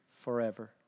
forever